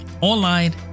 online